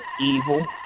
evil